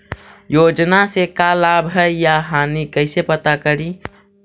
योजना से का लाभ है या हानि कैसे पता करी?